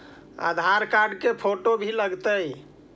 आधार card के photo भी लग तै?